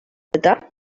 eta